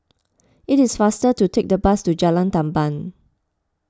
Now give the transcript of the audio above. it is faster to take the bus to Jalan Tamban